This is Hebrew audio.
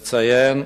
יש לציין,